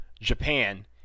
Japan